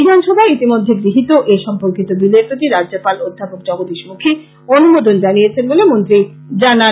বিধানসভায় ইতিমধ্যে গৃহীত এ সম্পর্কিত বিলের প্রতি রাজ্যপাল অধ্যাপক জগদীশ মুখী অনুমোদন জানিয়েছেন বলে মন্ত্রী জানান